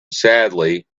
sadly